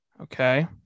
Okay